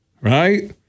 right